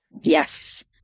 Yes